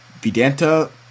Vidanta